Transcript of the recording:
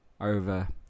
over